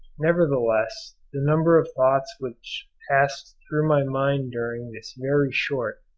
nevertheless the number of thoughts which passed through my mind during this very short,